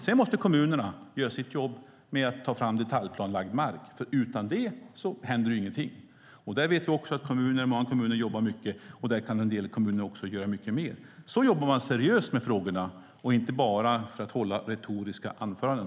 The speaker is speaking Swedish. Sedan måste kommunerna göra sitt jobb med att ta fram detaljplanelagd mark. Utan det händer ingenting. Där vet vi att många kommuner jobbar mycket, och en del kommuner kan göra mycket mer. Så jobbar man seriöst med frågorna och inte bara för att hålla retoriska anföranden.